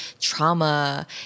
trauma